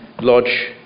Lodge